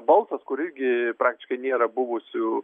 balsas kuri irgi praktiškai nėra buvusių